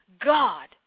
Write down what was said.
God